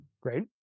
Great